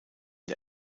der